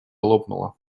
лопнула